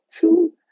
two